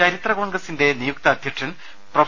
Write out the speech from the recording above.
ചരിത്ര കോൺഗ്രസിന്റെ നിയുക്ത അധ്യക്ഷൻ പ്രൊഫ